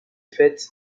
fait